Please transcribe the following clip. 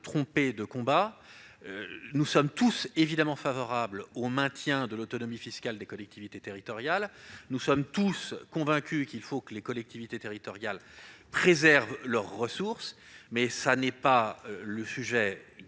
pas de combat. Nous sommes évidemment tous favorables au maintien de l'autonomie fiscale des collectivités territoriales. Nous sommes tous convaincus qu'il faut que les collectivités territoriales préservent leurs ressources. Toutefois, nous ne pouvons